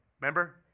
Remember